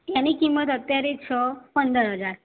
જેની કિંમત અત્યારે છે પંદર હજાર